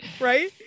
Right